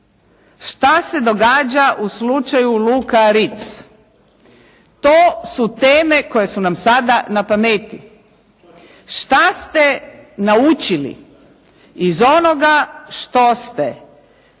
Što se događa u slučaju Luka Ritz? To su teme koje su nam sada na pameti. Što ste naučili iz onoga što ste